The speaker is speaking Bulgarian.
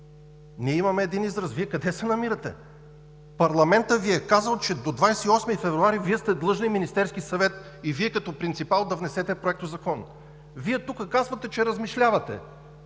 Ние имаме един израз: Вие къде се намирате? Парламентът Ви е казал, че до 28 февруари Вие сте длъжни – Министерският съвет и Вие като принципал, да внесете проектозакон. Вие тук казвате, че размишлявате.